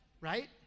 right